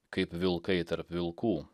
kaip vilkai tarp vilkų